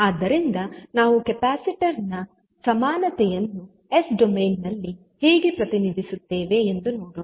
ಆದ್ದರಿಂದ ನಾವು ಕೆಪಾಸಿಟರ್ ನ ಸಮಾನತೆಯನ್ನು ಎಸ್ ಡೊಮೇನ್ ನಲ್ಲಿ ಹೇಗೆ ಪ್ರತಿನಿಧಿಸುತ್ತೇವೆ ಎಂದು ನೋಡೋಣ